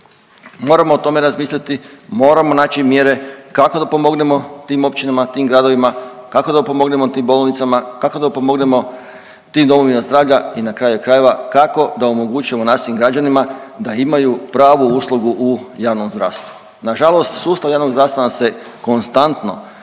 Moramo o tome razmisliti, moramo naći mjere kako da pomognemo tim općinama, tim gradovima, kako da pomognemo tim bolnicama, kako da pomognemo tim domovima zdravlja i na kraju krajeva kako da omogućimo našim građanima da imaju pravu uslugu u javnom zdravstvu. Nažalost sustav javnog zdravstva nam se konstantno